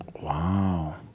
Wow